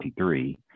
23